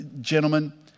Gentlemen